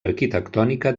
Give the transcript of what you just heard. arquitectònica